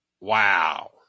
wow